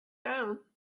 down